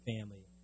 family